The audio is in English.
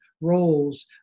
roles